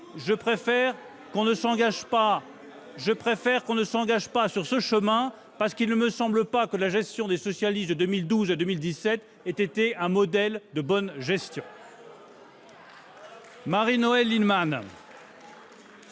Je préfère que l'on ne s'engage pas sur ce chemin, parce qu'il ne me semble pas que gestion des socialistes de 2012 à 2017 ait été un modèle de bonne gestion.